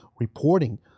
reporting